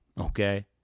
Okay